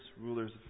rulers